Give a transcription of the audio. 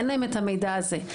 אין להם המידע הזה.